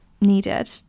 needed